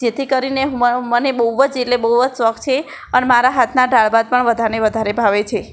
જેથી કરીને મને બહુ જ એટલે બહુ જ શોખ છે અને મારા હાથનાં દાળ ભાત પણ બધાને વધારે ભાવે છે